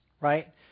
right